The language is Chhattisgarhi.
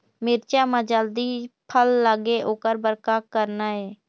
मिरचा म जल्दी फल लगे ओकर बर का करना ये?